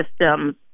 systems